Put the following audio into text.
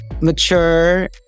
mature